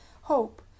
Hope